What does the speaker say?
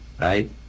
right